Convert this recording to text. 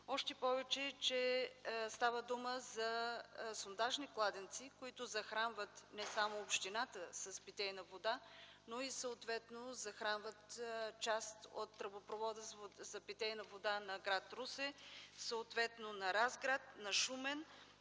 Още повече, че става дума за сондажни кладенци, които захранват не само общината с питейна вода, но съответно захранват част и от тръбопровода за питейна вода на гр. Русе, съответно на Разград, на Шумен,